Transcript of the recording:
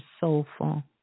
soulful